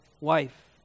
wife